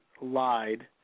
lied